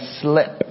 slip